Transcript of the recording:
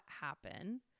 happen